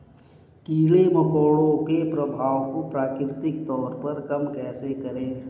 कीड़े मकोड़ों के प्रभाव को प्राकृतिक तौर पर कम कैसे करें?